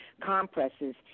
compresses